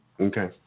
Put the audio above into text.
Okay